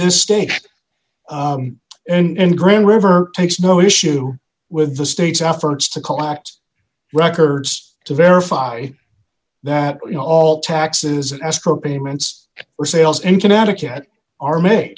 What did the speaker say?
this state and green river takes no issue with the state's efforts to collect records to verify that you know all taxes and escrow payments for sales in connecticut are ma